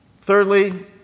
Thirdly